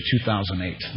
2008